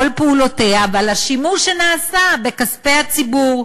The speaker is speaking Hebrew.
פעולותיה ועל השימוש שנעשה בכספי הציבור.